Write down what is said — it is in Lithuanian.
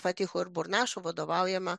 faticho ir burnašo vadovaujama